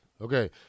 Okay